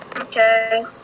Okay